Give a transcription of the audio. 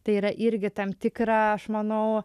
tai yra irgi tam tikra aš manau